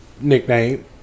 nickname